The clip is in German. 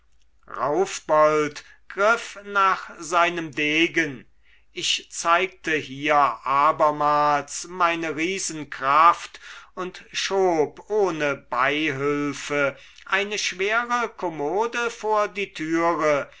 raufbold griff nach seinem degen ich zeigte hier abermals meine riesenkraft und schob ohne beihülfe eine schwere kommode vor die türe